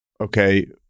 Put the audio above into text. Okay